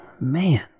Man